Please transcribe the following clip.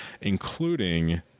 including